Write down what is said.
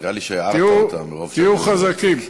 תהיו חזקים.